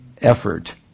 effort